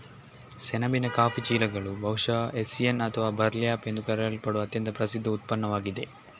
ಸೆಣಬಿನ ಕಾಫಿ ಚೀಲಗಳು ಬಹುಶಃ ಹೆಸ್ಸಿಯನ್ ಅಥವಾ ಬರ್ಲ್ಯಾಪ್ ಎಂದು ಕರೆಯಲ್ಪಡುವ ಅತ್ಯಂತ ಪ್ರಸಿದ್ಧ ಉತ್ಪನ್ನವಾಗಿದೆ